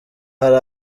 hari